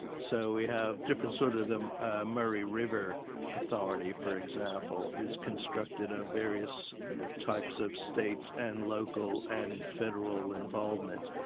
so we have different sort of the ah murray river authority for example, is constructed of various types of state and local and federal involvement,